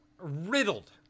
Riddled